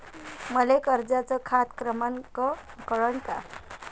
मले कर्जाचा खात क्रमांक कळन का?